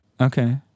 Okay